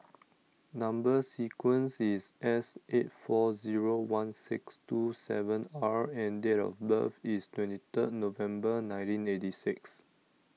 Number Sequence is S eight four zero one six two seven R and date of birth is twenty third November nineteen eighty six